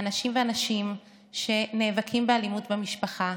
האנשים והנשים שנאבקים באלימות במשפחה,